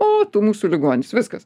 o tu mūsų ligonis viskas